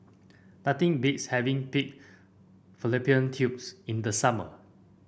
nothing beats having Pig Fallopian Tubes in the summer